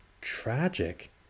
tragic